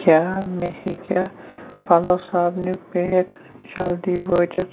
کیٛاہ مےٚ ہیٚکیٛاہ پَلو صابنہِ پیک جلدی وٲتِتھ